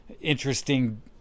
interesting